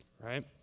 Right